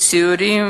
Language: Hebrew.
סיורים